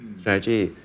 strategy